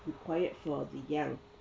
required for the young